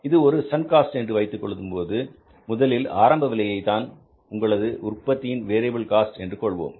இது ஒரு sunk cost என்று வைத்துக் கொள்ளும் போது முதலில் ஆரம்ப விலையை தான் உங்களது உற்பத்தியின் வேரியபில் காஸ்ட் என்று கொள்வோம்